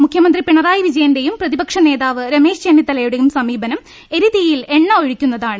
മുഖ്യമന്ത്രി പിണറായി വിജയന്റെയും പ്രതി പക്ഷനേതാവ് രമേശ് ചെന്നിത്തലയുടെയും സമീപനം എരിതീ യിൽ എണ്ണ ഒഴിക്കുന്നതാണ്